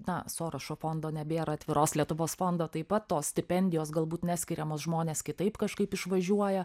na sorošo fondo nebėra atviros lietuvos fondo taip pat tos stipendijos galbūt neskiriamos žmonės kitaip kažkaip išvažiuoja